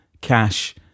Cash